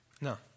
No